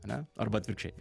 ane arba atvirkščiai